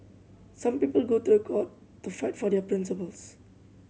some people go to the court to fight for their principles